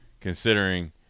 considering